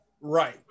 Right